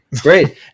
Great